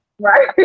Right